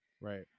right